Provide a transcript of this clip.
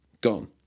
gone